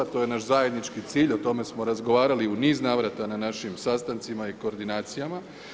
To je naš zajednički cilj, o tome smo razgovarali u niz navrata na našim sastancima i koordinacijama.